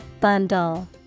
Bundle